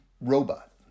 robot